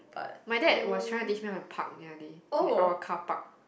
my dad was trying teach me how to park nearly in our car park